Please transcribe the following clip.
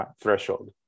threshold